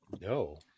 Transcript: No